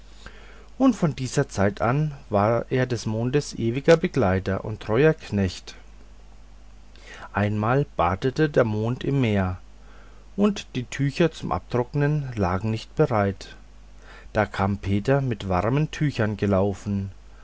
und von dieser zeit an war er des mondes ewiger begleiter und treuer knecht einmal badete der mond im meere und die tücher zum abtrocknen lagen nicht bereit da kam peter mit warmen tüchern gelaufen